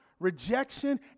Rejection